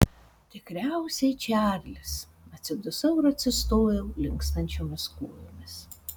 tikriausiai čarlis atsidusau ir atsistojau linkstančiomis kojomis